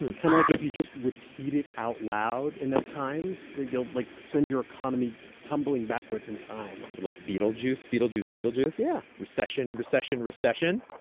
and kind of like if you just repeat it out loud enough times, that you'll, like, send your economy tumbling backwards in time like, beetlejuice, beetlejuice, beetlejuice? yeah recession, recession, recession